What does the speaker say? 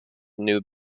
new